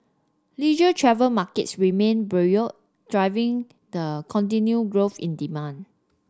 leisure travel markets remained buoyant driving the continued growth in demand